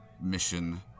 mission